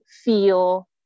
feel